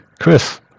Chris